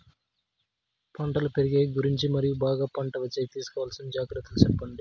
పంటలు పెరిగేకి గురించి మరియు బాగా పంట వచ్చేకి తీసుకోవాల్సిన జాగ్రత్త లు సెప్పండి?